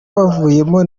bavuyemo